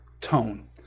tone